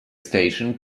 station